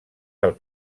pel